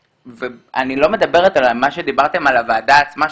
אני לא מדברת על מה שדיברתם על הוועדה עצמה,